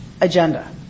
agenda